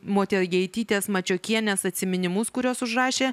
motiejaitytės mačiokienės atsiminimus kuriuos užrašė